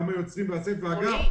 יוצרים --- רועי,